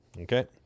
Okay